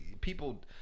people